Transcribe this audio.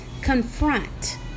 confront